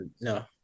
no